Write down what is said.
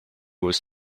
was